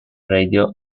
radio